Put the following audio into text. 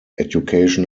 education